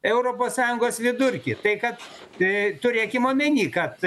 europos sąjungos vidurkį tai kad turėkime omeny kad